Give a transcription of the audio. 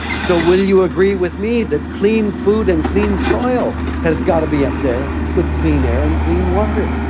so will you agree with me that clean food and clean soil has got to be up there with clean air and clean water?